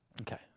Okay